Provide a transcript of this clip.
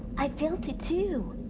i felt it too.